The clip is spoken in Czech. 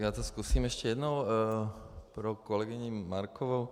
Já to zkusím ještě jednou pro kolegyni Markovou.